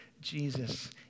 Jesus